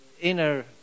inner